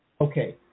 Okay